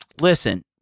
Listen